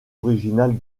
originale